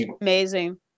Amazing